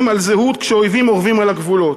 על זהות כשאויבים אורבים על הגבולות.